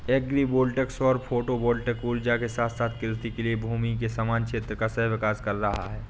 agri voltaic सौर photovoltaic ऊर्जा के साथ साथ कृषि के लिए भूमि के समान क्षेत्र का सह विकास कर रहा है